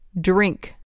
Drink